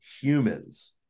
humans